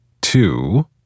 two